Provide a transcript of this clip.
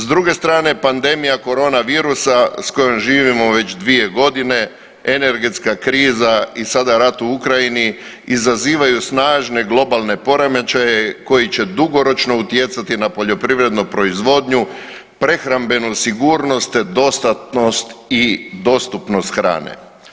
S druge strane pandemija korona virusa sa kojim živimo već dvije godine, energetska kriza i sada rat u Ukrajini izazivaju snažne globalne poremećaje koji će dugoročno utjecati na poljoprivrednu proizvodnju, prehrambenu sigurnost te dostatnost i dostupnost hrane.